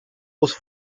was